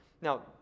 Now